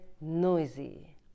noisy